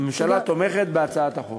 הממשלה תומכת בהצעת החוק.